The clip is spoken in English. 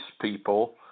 people